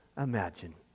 imagine